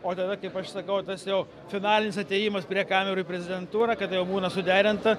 o tada kaip aš sakau tas jau finalinis atėjimas prie kamerų į prezidentūrą kada jau būna suderinta